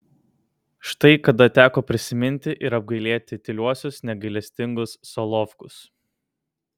štai kada teko prisiminti ir apgailėti tyliuosius negailestingus solovkus